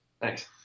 Thanks